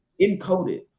encoded